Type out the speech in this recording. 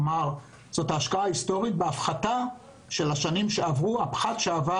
זאת ההשקעה ההיסטורית בהפחתה של הפחת שעבר